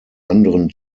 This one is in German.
anderen